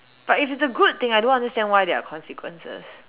but if it's a good thing I don't understand why are there are consequences